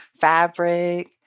fabric